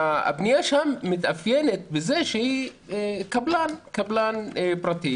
הבנייה שם מתאפיינת בבנייה על-ידי קבלן פרטי.